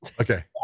Okay